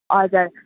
हजुर